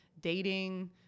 Dating